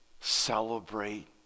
celebrate